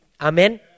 Amen